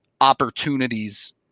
opportunities